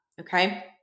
Okay